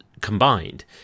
combined